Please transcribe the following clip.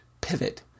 pivot